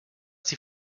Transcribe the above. die